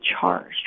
charged